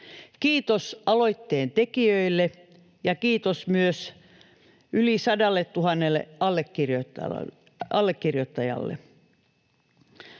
Kiitos aloitteen tekijöille ja kiitos myös yli 100 000 allekirjoittajalle.